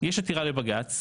שיש עתירה לבג"צ,